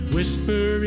Whisper